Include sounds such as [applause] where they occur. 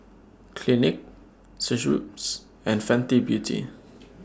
Clinique Schweppes and Fenty Beauty [noise]